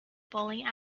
bowling